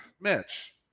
Mitch